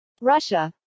Russia